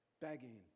begging